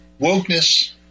wokeness